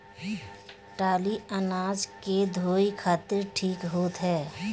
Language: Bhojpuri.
टाली अनाज के धोए खातिर ठीक होत ह